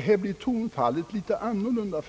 Här är min uppfattning något annorlunda.